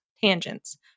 tangents